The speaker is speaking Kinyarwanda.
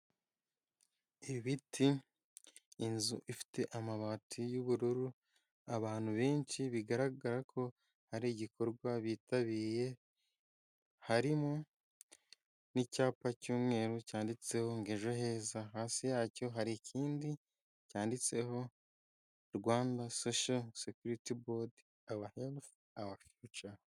Ibiti, inzu ifite amabati y'ubururu, abantu benshi bigaragara ko ari igikorwa bitabiriye, harimo n'icyapa cy'umweru cyanditseho ngo ejoheza, hasi yacyo hari ikindi cyanditseho Rwanda Sosho sekiriti bodi, awa herufu awa fiyuca.